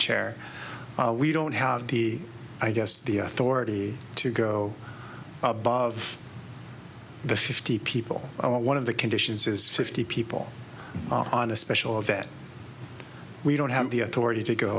chair we don't have the i guess the authority to go above the fifty people or one of the conditions is fifty people on a special of that we don't have the authority to go